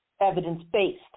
evidence-based